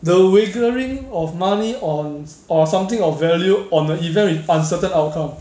the wagering of money on or something of value on the event with uncertain outcome